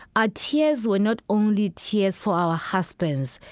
ah tears were not only tears for our husbands,